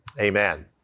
amen